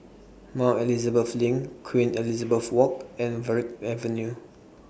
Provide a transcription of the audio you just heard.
More Elizabeth LINK Queen Elizabeth Walk and Verde Avenue